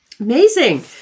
Amazing